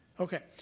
okay.